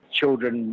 children